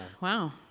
Wow